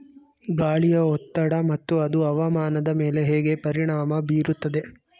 ಗಾಳಿಯ ಒತ್ತಡ ಮತ್ತು ಅದು ಹವಾಮಾನದ ಮೇಲೆ ಹೇಗೆ ಪರಿಣಾಮ ಬೀರುತ್ತದೆ?